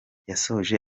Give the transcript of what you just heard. yasoje